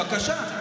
בבקשה.